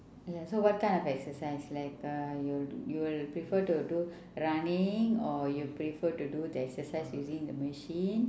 yes so what kind of exercise like uh you you'll prefer to do running or you prefer to do the exercise using the machine